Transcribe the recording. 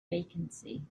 vacancy